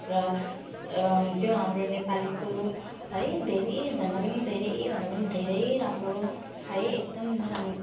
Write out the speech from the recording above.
र त्यो हाम्रो नेपालीको है धेरैभन्दा पनि धेरैभन्दा पनि धेरै राम्रो है एकदम